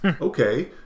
Okay